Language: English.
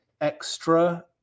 extra